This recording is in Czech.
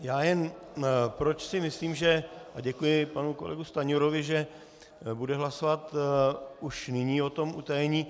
Já jen, proč si myslím, že a děkuji panu kolegu Stanjurovi, že bude hlasovat už nyní o tom utajení.